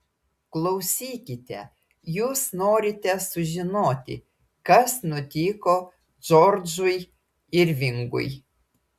klausykite jūs norite sužinoti kas nutiko džordžui irvingui